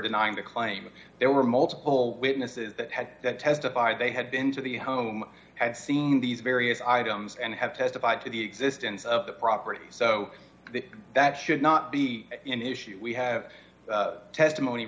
denying the claim there were multiple witnesses that had that testified they had been to the home and seen these various items and have testified to the existence of the property so that that should not be in issue we have testimony